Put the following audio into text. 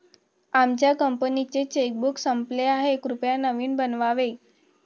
आमच्या कंपनीचे चेकबुक संपले आहे, कृपया नवीन बनवावे